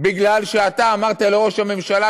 בגלל שאתה אמרת לראש הממשלה,